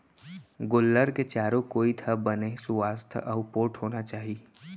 गोल्लर के चारों कोइत ह बने सुवास्थ अउ पोठ होना चाही